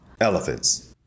Elephants